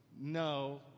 No